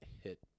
hit